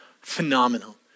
phenomenal